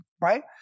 right